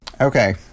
Okay